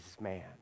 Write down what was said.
man